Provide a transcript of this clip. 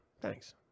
thanks